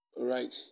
Right